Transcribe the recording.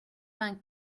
vingt